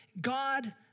God